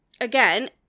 again